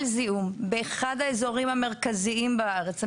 זיהום באחד האזורים המרכזיים בארץ,